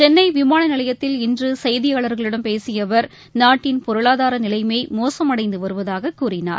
சென்னைவிமானநிலையத்தில் இன்றுசெய்தியாளர்களிடம் பேசியஅவர் நாட்டின் பொருளாதாரநிலைமோசமடைந்துவருவதாககூறினார்